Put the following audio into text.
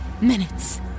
minutes